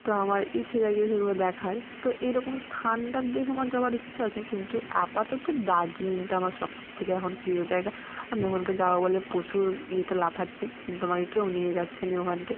তো আমার ইচ্ছে জাগছে সেগুলো দেখার তো এই রকম ঠান্ডার দেশ আমার যাওয়ার ইচ্ছা আছে কিন্তু আপাতত দার্জিলিংটা আমার সব থেকে এখন প্রিয় জায়গা আমি ওখানকে যাবো বলে প্রচুর ইয়েতে লাফাচ্ছি কিন্তু আমাকে কেউ নিয়ে যাচ্ছে না ওখানকে